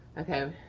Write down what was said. okay.